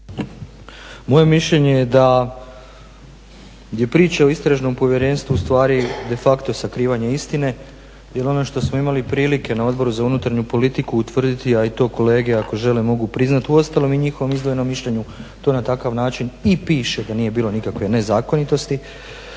Moje mišljenje je da je priča o istražnom povjerenstvu ustvari de facto sakrivanje istine, jer ono što smo imali prilike na Odboru za unutarnju politiku utvrditi, a i to kolege ako žele mogu priznati, uostalom u njihovom izdvojenom mišljenju to na takav način i piše da nije bilo nikakve nezakonitosti,